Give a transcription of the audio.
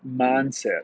mindset